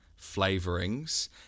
flavorings